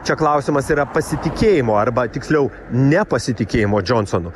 čia klausimas yra pasitikėjimo arba tiksliau nepasitikėjimo džonsonu